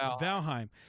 Valheim